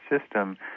system